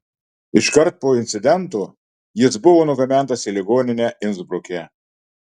iškart po incidento jis buvo nugabentas į ligoninę insbruke